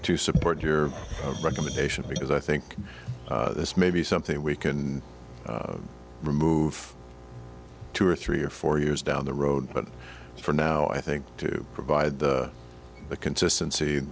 to support your recommendation because i think this may be something we can remove two or three or four years down the road but for now i think to provide a consistency